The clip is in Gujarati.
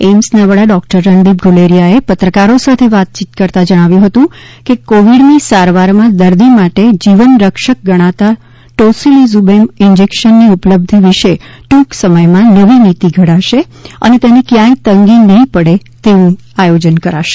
એઈમ્સ ના વડા ડોક્ટર રણદીપ ગુલેરિયા એ પત્રકારો સાથે વાત કરતાં જણાવ્યુ છે કે કોવિડ ની સારવાર માં દર્દી માટે જીવન રક્ષક ગણાતા ટોસીલીઝૂમેબ ઈજેકશન ની ઉપલબ્ધિ વિષે ટૂંક સમય માં નવી નીતિ ઘડશે અને તેની ક્વાય તંગી પડે નહીં તેવું આયોજન કરશે